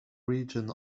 region